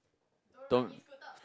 don't